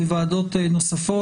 ולוועדות נוספות.